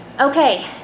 Okay